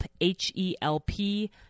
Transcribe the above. H-E-L-P